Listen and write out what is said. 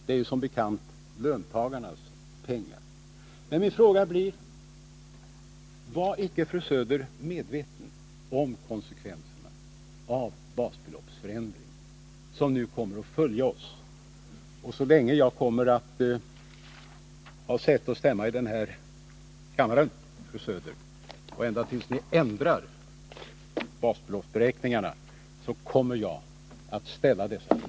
Det är ju som bekant löntagarnas pengar. Min fråga blir: Var icke fru Söder medveten om konsekvenserna av basbeloppsförändringen, konsekvenser som nu kommer att följa oss? Så länge jag, fru Söder, har säte och stämma i denna kammare och ända till dess ni ändrar basbeloppsberäkningarna kommer att jag att ställa dessa frågor.